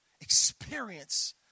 experience